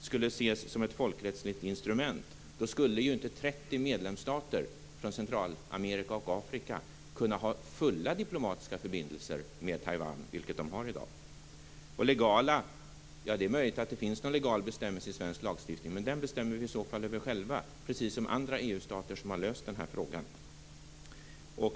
skulle ses som ett folkrättsligt instrument skulle inte 30 medlemsstater från Centralamerika och Afrika kunna ha fulla diplomatiska förbindelser med Taiwan, vilket de i dag har. När det gäller det legala kan jag bara säga att det är möjligt att det finns en legal bestämmelse i svensk lagstiftning, men den bestämmer vi i så fall själva över - precis som är fallet i andra EU-stater som har löst den här frågan.